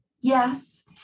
yes